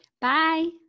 Bye